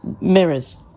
mirrors